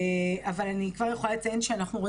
אבל אני כבר יכולה לציין שאנחנו רואים